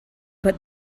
but